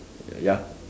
ya